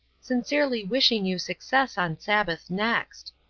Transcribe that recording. sincerely wishing you success on sabbath next.